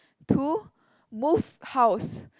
two move house